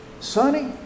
Sonny